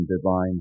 divine